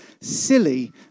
silly